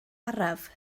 araf